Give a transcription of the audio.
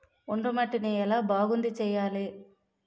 ఒండ్రు మట్టిని ఎలా బాగుంది చేయాలి?